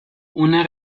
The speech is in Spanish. una